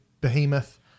Behemoth